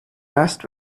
last